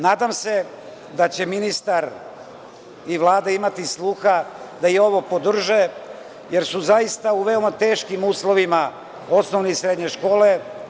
Nadam se da će ministar i Vlada imati sluha da i ovo podrže, jer su zaista u veoma teškim uslovima osnovne i srednje škole.